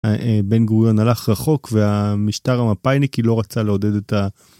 בן גוריון הלך רחוק, והמשטר המפאיניקי לא רצה לעודד את ה...